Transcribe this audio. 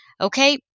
Okay